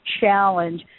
challenge